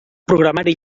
programari